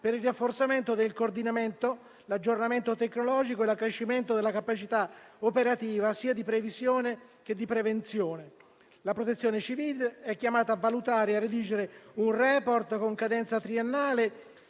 per il rafforzamento del coordinamento, l'aggiornamento tecnologico e l'accrescimento della capacità operativa sia di previsione che di prevenzione. La Protezione civile è chiamata a valutare e a redigere un *report* con cadenza triennale